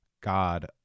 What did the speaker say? God